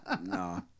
No